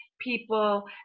people